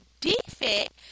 defect